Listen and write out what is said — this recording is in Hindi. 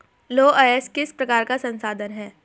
लौह अयस्क किस प्रकार का संसाधन है?